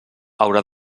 haurà